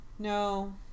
No